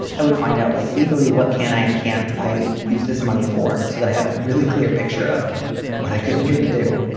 i would find out like legally what can i and can't i use this money for? so that i had a really clear picture of what i couldn't get and do.